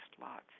lots